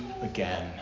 again